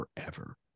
forever